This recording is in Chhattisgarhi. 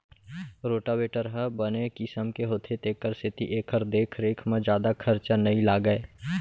रोटावेटर ह बने किसम के होथे तेकर सेती एकर देख रेख म जादा खरचा नइ लागय